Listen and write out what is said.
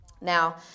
Now